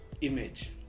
image